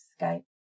Skype